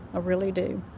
really do